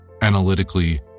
analytically